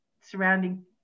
surrounding